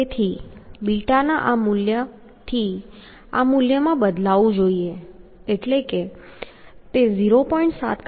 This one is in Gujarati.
તેથી બીટા આ મૂલ્યથી આ મૂલ્યમાં બદલાવું જોઈએ એટલે કે તે 0